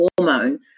hormone